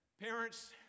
parents